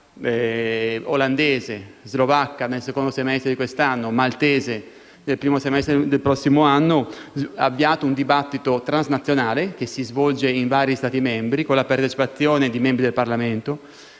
(olandese, slovacca nel secondo semestre di quest'anno e maltese nel primo semestre del prossimo anno), abbiamo avviato un dibattito transnazionale che si svolge in vari Stati membri, con la partecipazione di membri del Parlamento